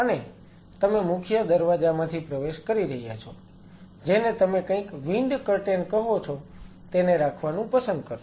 અને તમે મુખ્ય દરવાજામાંથી પ્રવેશ કરી રહ્યા છો જેને તમે કંઈક વિન્ડ કર્ટેન કહો છો તેને રાખવાનું પસંદ કરશો